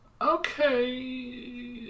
Okay